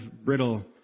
brittle